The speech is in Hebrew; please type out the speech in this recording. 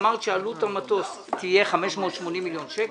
אמרת שעלות המטוס תהיה 580 מיליון שקל,